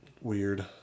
Weird